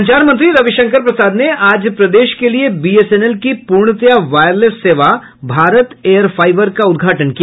संचार मंत्री रविशंकर प्रसाद ने आज प्रदेश के लिए बीएसएनएल की पूर्णतया वायरलेस सेवा भारत एयर फाईबर का उद्घाटन किया